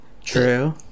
True